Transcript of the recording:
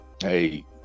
hey